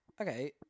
Okay